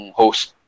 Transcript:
host